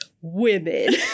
women